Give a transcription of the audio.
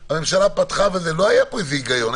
הממשלה פתחה, אבל לא היה פה איזה היגיון.